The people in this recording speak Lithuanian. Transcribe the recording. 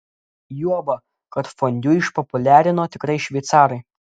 juoba kad fondiu išpopuliarino tikrai šveicarai